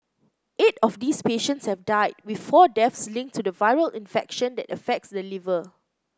eight of these patients have died with four deaths linked to the viral infection that affects the liver